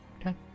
Okay